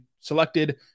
selected